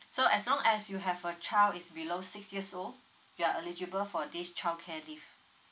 so as long as you have a child is below six years old you're eligible for this childcare leave